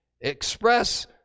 express